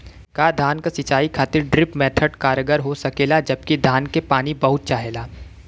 का धान क सिंचाई खातिर ड्रिप मेथड कारगर हो सकेला जबकि धान के पानी बहुत चाहेला?